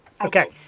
Okay